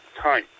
time